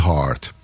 Heart